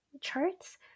charts